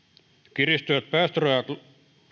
kiristyvät päästörajat